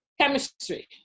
Chemistry